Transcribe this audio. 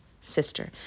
sister